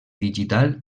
digital